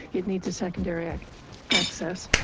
it needs a secondary ah access.